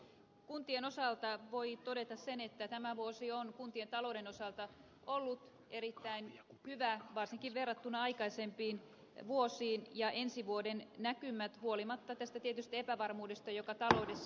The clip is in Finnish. kuntien osalta voi todeta sen että tämä vuosi on kuntien talouden osalta ollut erittäin hyvä varsinkin verrattuna aikaisempiin vuosiin ja ensi vuoden näkymät huolimatta tästä tietystä epävarmuudesta joka taloudessa on